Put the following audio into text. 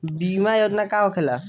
बीमा योजना का होखे ला?